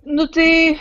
nu tai